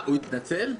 הוא התנצל?